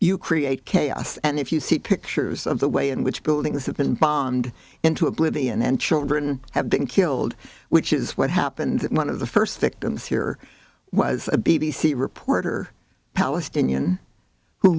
you create chaos and if you see pictures of the way in which buildings have been bombed into oblivion and children have been killed which is what happened one of the first victims here was a b b c reporter palestinian who